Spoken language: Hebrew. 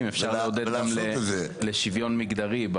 מועדים אחרים.